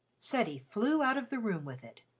ceddie flew out of the room with it.